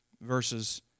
Verses